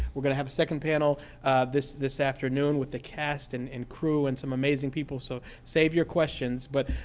we're going to have a second panel this this afternoon with the cast and and crew and some amazing people. so save your questions, but